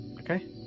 Okay